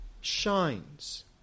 shines